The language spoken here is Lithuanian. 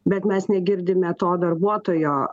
bet mes negirdime to darbuotojo